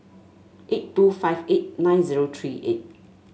eight two five eight nine zero three eight